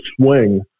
swing